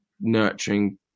nurturing